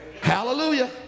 Hallelujah